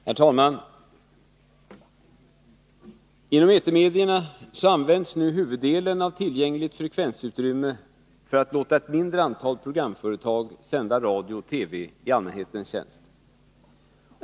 Herr talman! Inom etermedierna används huvuddelen av tillgängligt frekvensutrymme för att låta ett mindre antal programföretag sända radiooch TV-program i allmänhetens tjänst.